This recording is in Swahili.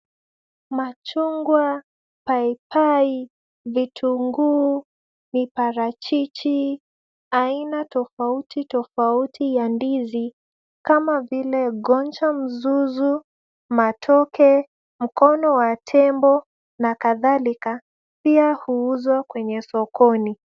Machungwa, paipai, vitunguu, viparachichi, aina tofauti tofauti ya ndizi kama vile ngoja mzuzu, matoke, mkono wa tembo na kadhalika pia huuzwa kwenye sokoni.